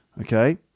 Okay